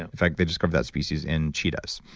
and in fact, they just carved that species in cheetahs,